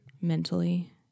mentally